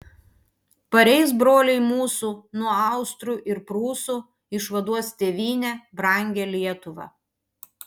pareis broliai mūsų nuo austrų ir prūsų išvaduos tėvynę brangią lietuvą